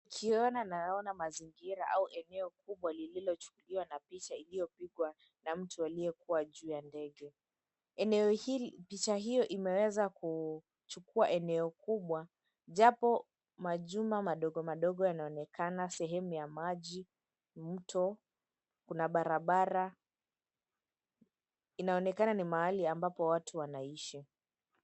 Nikiona nayaona mazingira ama eneo kubwa lililochukuliwa na picha iliopigwa na mtu aliyekuwa juu ya ndege. Picha hio imeweza kuchukua eneo kubwa japo majumba madogo madogo yanaoneakana sehemu ya maji, mto, kuna barabara. Inaonekana ni mahali ambapo watu wanaishi.